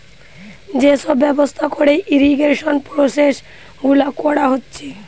যে সব ব্যবস্থা কোরে ইরিগেশন প্রসেস গুলা কোরা হচ্ছে